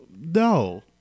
no